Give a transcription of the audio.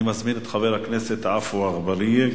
אני מזמין את חבר הכנסת עפו אגבאריה,